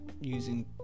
using